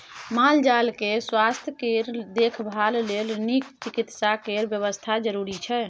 माल जाल केँ सुआस्थ केर देखभाल लेल नीक चिकित्सा केर बेबस्था जरुरी छै